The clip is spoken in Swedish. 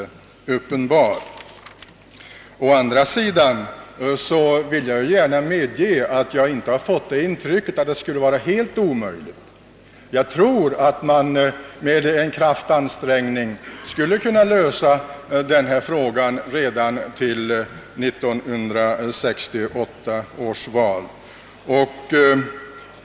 Å andra sidan vill jag gärna medge att jag inte har fått det intrycket att det skulle vara helt omöjligt. Jag tror att man med en kraftansträngning skulle kunna lösa denna fråga redan till 1968 års val.